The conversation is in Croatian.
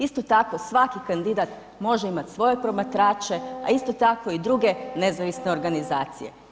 Isto tako svaki kandidat može imati svoje promatrače, a isto tako i druge nezavisne organizacije.